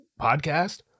podcast